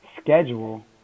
schedule